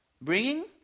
bringing